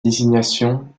désignation